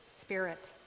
spirit